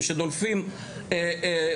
דווקא בגלל העוני והמצוקה,